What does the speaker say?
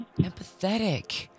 Empathetic